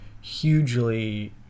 hugely